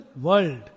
world